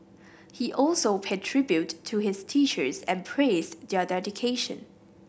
he also paid tribute to his teachers and praised their dedication